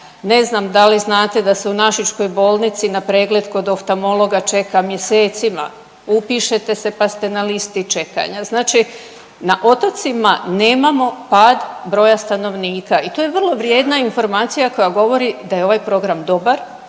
Ne znam da li znate da se u Našičkoj bolnici na pregled kod oftalmologa čeka mjesecima, upišete se, pa ste na listi čekanja. Znači na otocima nemamo pad broja stanovnika i to je vrlo vrijedna informacija koja govori da je ovaj program dobar,